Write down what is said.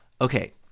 Okay